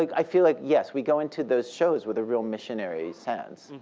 like i feel like yes, we go into those shows with a real missionary sense.